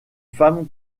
femmes